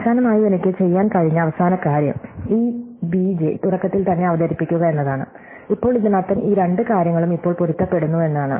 അവസാനമായി എനിക്ക് ചെയ്യാൻ കഴിഞ്ഞ അവസാന കാര്യം ഈ b j തുടക്കത്തിൽ തന്നെ അവതരിപ്പിക്കുക എന്നതാണ് ഇപ്പോൾ ഇതിനർത്ഥം ഈ രണ്ട് കാര്യങ്ങളും ഇപ്പോൾ പൊരുത്തപ്പെടുന്നു എന്നാണ്